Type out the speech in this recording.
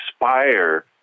inspire